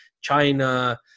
China